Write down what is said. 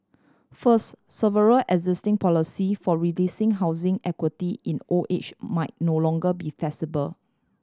first several existing policy for releasing housing equity in old age might no longer be feasible